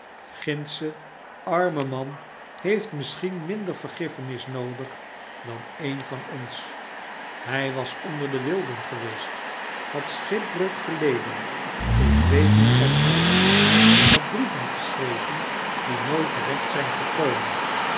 gindsche arme man heeft misschien minder vergiffenis noodig dan een van ons hy was onder de wilden geweest had schipbreuk geleden ik weet niet wat al enhadbrieven geschreven die nooit terecht zyn gekomen